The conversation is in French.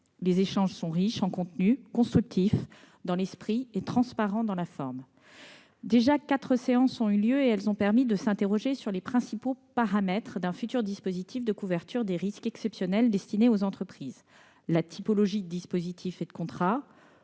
Les échanges sont riches en contenu, constructifs dans l'esprit et transparents dans la forme. Déjà quatre séances ont eu lieu ; elles ont permis de s'interroger sur les principaux paramètres d'un futur dispositif de couverture des risques exceptionnels destiné aux entreprises : la typologie de dispositif et de contrat,